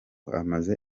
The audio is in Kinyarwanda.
amaze